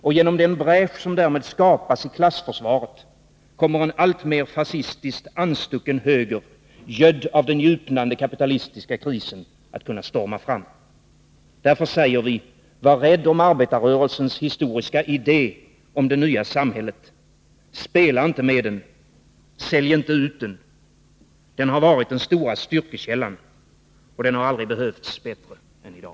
Och genom den bräsch som därmed skapas i klassförsvaret, kommer en alltmer fascistiskt anstucken höger, gödd av den djupnande kapitalistiska krisen, att kunna storma fram. Därför säger vi: Var rädd om arbetarrörelsens historiska idé om det nya samhället. Spela inte med den, sälj inte ut den. Den har varit den stora styrkekällan. Och den har aldrig behövts bättre än i dag.